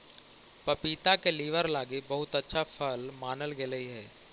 पपीता के लीवर लागी बहुत अच्छा फल मानल गेलई हे